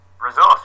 resource